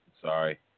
sorry